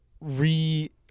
re